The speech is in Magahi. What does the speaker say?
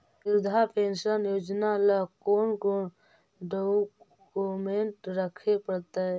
वृद्धा पेंसन योजना ल कोन कोन डाउकमेंट रखे पड़तै?